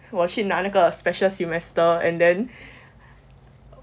我去拿那个 special semester and then